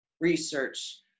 research